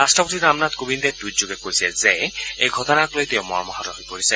ৰাষ্ট্ৰপতি ৰামনাথ কোবিন্দে টুইটযোগে কৈছে যে এই ঘটনাক লৈ তেওঁ মৰ্মাহত হৈ পৰিছে